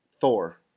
Thor